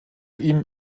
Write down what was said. ihm